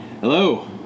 Hello